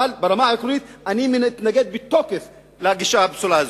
אבל ברמה העקרונית אני מתנגד בתוקף לגישה הפסולה הזאת.